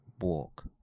walk